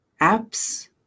apps